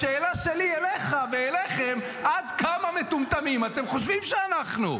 השאלה שלי אליך ואליכם: עד כמה מטומטמים אתם חושבים שאנחנו?